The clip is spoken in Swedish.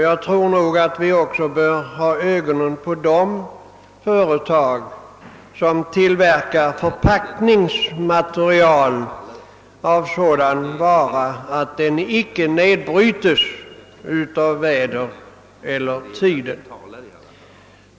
Jag tror att vi dessutom bör ha ögonen på de företag som tillverkar förpackningsmaterial som icke med tiden bryts ned.